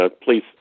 please